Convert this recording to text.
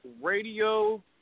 radio